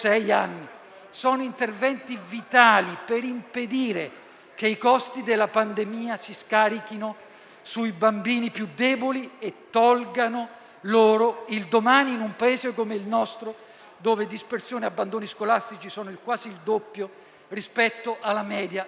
di interventi vitali, per impedire che i costi della pandemia si scarichino sui bambini più deboli e tolgano loro il domani, in un Paese come il nostro, in cui la dispersione e gli abbandoni scolastici sono quasi il doppio rispetto alla media europea.